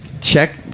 check